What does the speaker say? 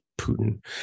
Putin